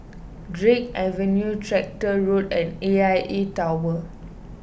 Drake Avenue Tractor Road and A I A Tower